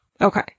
Okay